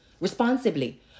responsibly